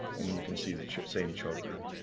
and you can see the same choker.